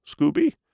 Scooby